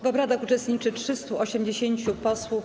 W obradach uczestniczy 380 posłów.